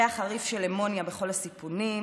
ריח חריף של אמוניה בכל הסיפונים.